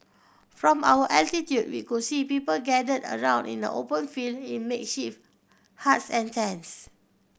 from our altitude we could see people gathered around in a open field in makeshift huts and tents